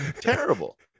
terrible